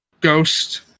Ghost